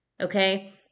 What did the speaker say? okay